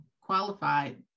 qualified